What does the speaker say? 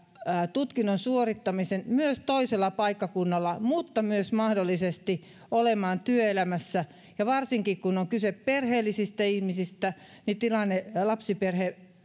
tutkinnon suorittamisen myös toisella paikkakunnalla mutta myös mahdollisesti työelämässä olemisen varsinkin kun on kyse perheellisistä ihmisistä ja minä tiedän lapsiperheiden